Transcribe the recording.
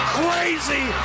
crazy